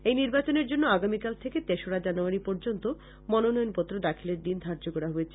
এই নির্বাচনের জন্য আগামীকাল থেকে তেসোরা জানুয়ারী পর্যন্ত মনোনয়নপত্র দাখিলের দিন ধার্য করা হয়েছে